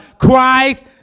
christ